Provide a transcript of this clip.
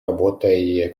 работой